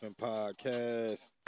Podcast